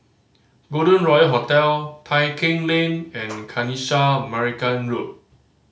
Golden Royal Hotel Tai Keng Lane and Kanisha Marican Road